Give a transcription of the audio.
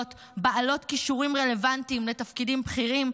בעלות כישורים רלוונטיים לתפקידים בכירים,